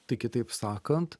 tai kitaip sakant